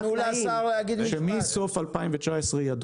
קטנים ובינוניים שכל אחד ואחד מהם הוא כמו עסק קטן בדיוק כמו שנלחמנו